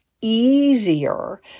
easier